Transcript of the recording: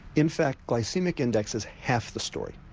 in fact glycaemic index is half the story,